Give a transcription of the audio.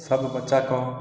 सभ बच्चाकेँ